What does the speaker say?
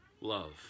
love